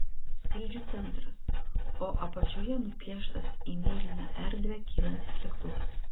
skrydžių centras o apačioje nupieštas į mėlyną erdvę kylantis lėktuvas